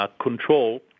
control